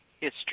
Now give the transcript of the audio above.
history